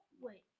wait